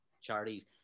charities